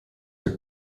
were